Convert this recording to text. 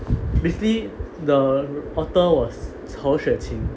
basically the author was 曹雪芹